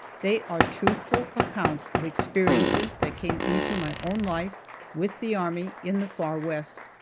they are truthful accounts of experiences that came into my own life with the army in the far west,